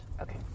Okay